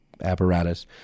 apparatus